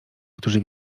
którzy